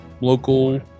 local